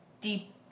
deep